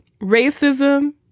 racism